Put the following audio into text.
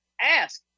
ask